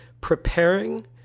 Preparing